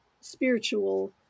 spiritual